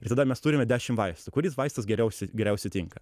ir tada mes turime dešim vaistų kuris vaistas geriausi geriausiai tinka